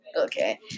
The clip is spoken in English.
Okay